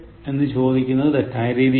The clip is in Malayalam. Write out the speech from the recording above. എന്ന് ചോദിക്കുന്നത് തെറ്റായ രീതിയാണ്